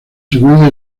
secuencia